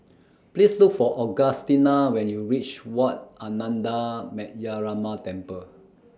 Please Look For Augustina when YOU REACH Wat Ananda Metyarama Temple